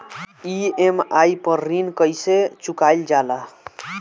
EMI पर ऋण कईसे चुकाईल जाला?